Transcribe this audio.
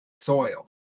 soil